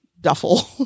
duffel